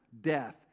death